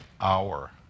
hour